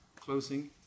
closing